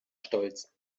stolz